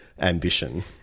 ambition